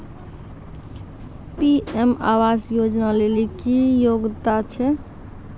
PM आवास योजना लेली की योग्यता छै?